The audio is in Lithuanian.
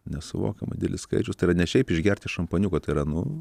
nesuvokiamai didelis skaičius tai yra ne šiaip išgerti šampaniuko tai yra nu